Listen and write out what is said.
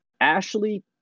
Ashley